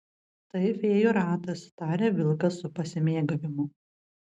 tai fėjų ratas taria vilkas su pasimėgavimu